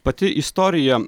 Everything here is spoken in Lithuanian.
pati istorija